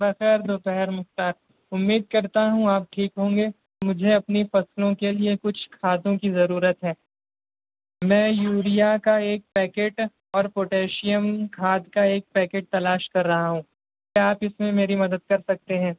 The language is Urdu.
بخیر دوپہر مختار امید کرتا ہوں آپ ٹھیک ہوں گے مجھے اپنی فصلوں کے لیے کچھ کھادوں کی ضرورت ہے میں یوریا کا ایک پیکٹ اور پوٹیشیم کھاد کا ایک پیکٹ تلاش کر رہا ہوں کیا آپ اس میں میری مدد کر سکتے ہیں